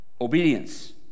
Obedience